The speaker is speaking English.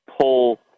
pull